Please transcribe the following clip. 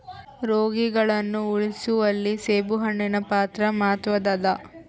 ರೋಗಿಗಳನ್ನು ಉಳಿಸುವಲ್ಲಿ ಸೇಬುಹಣ್ಣಿನ ಪಾತ್ರ ಮಾತ್ವದ್ದಾದ